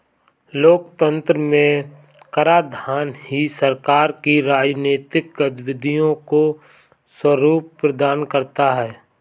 लोकतंत्र में कराधान ही सरकार की राजनीतिक गतिविधियों को स्वरूप प्रदान करता है